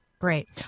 Great